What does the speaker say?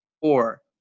four